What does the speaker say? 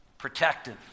Protective